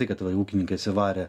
tai kad va ūkininkai atsivarė